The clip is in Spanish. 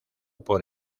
por